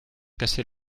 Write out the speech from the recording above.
casser